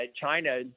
China